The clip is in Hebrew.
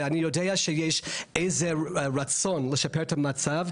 אני יודע שיש איזה רצון לשפר את המצב,